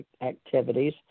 activities